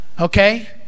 Okay